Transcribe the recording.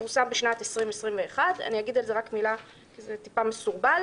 שפורסם בשנת 2021". אני אגיד על זה רק מילה כי זה טיפה מסורבל.